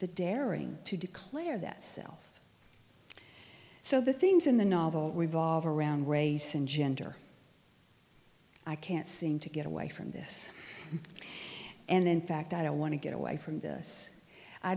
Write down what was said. the daring to declare that self so the things in the novel revolve around race and gender i can't seem to get away from this and in fact i don't want to get away from this i